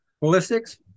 ballistics